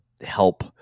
help